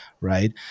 right